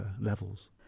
levels